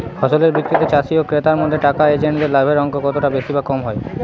ফসলের বিক্রিতে চাষী ও ক্রেতার মধ্যে থাকা এজেন্টদের লাভের অঙ্ক কতটা বেশি বা কম হয়?